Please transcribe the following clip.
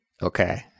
Okay